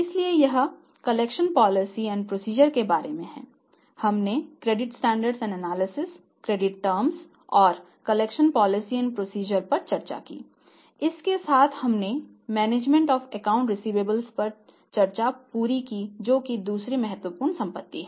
इसलिए यह collection policy and procedure पर चर्चा पूरी की जोकि दूसरी महत्वपूर्ण संपत्ति है